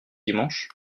dimanche